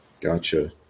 Gotcha